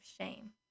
shame